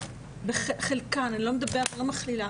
אני לא מכלילה,